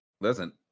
Listen